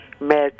met